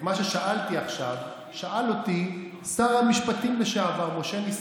את מה ששאלתי עכשיו שאל אותי שר המשפטים לשעבר משה נסים,